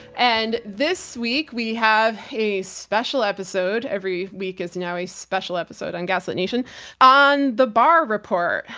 and this week, we have a special episode every week is now a special episode on gaslit nation on the barr report.